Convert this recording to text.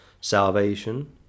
salvation